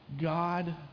God